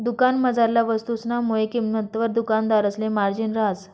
दुकानमझारला वस्तुसना मुय किंमतवर दुकानदारसले मार्जिन रहास